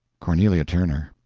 cornelia turner.